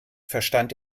verstand